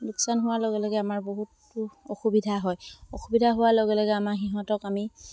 লোকচান হোৱাৰ লগে লগে আমাৰ বহুতো অসুবিধা হয় অসুবিধা হোৱাৰ লগে লগে আমাৰ সিহঁতক আমি